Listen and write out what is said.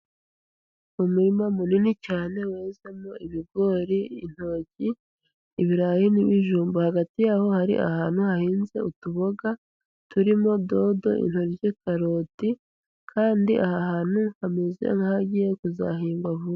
Umurima munini cyane wezemo ibigori, intoki, ibirayi n'ibijumba. Hagati yaho hari ahantu hahinze utuboga, turimo dodo, intoryi, karoti, kandi aha hantu hameze nk'ahagiye kuzahingwa vuba.